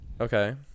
Okay